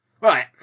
right